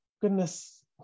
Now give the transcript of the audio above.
Goodness